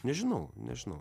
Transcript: nežinau nežinau